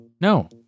No